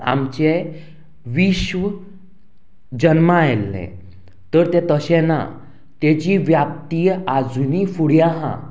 आमचें विश्व जन्मा आयल्लें तर तें तशें ना तेजी व्यापती आजुनी फुडें आहा